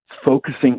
focusing